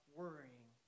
worrying